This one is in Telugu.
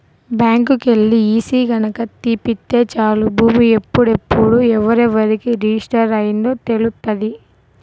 బ్యాంకుకెల్లి ఈసీ గనక తీపిత్తే చాలు భూమి ఎప్పుడెప్పుడు ఎవరెవరికి రిజిస్టర్ అయ్యిందో తెలుత్తది